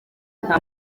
nta